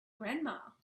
grandma